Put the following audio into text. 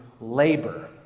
labor